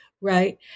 right